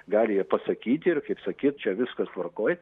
gali jie pasakyti ir kaip sakyt čia viskas tvarkoj